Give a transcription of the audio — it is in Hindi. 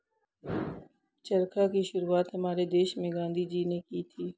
चरखा की शुरुआत हमारे देश में गांधी जी ने की थी